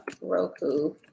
Roku